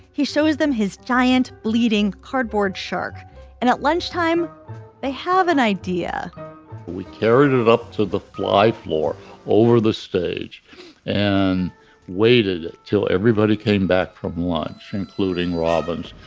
he shows them his giant bleeding cardboard shark and at lunchtime they have an idea we carried it up to the flight floor over the stage and waited till everybody came back from lunch including robbins.